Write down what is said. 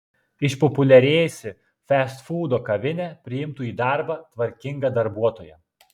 išpopuliarėjusi festfūdo kavinė priimtų į darbą tvarkingą darbuotoją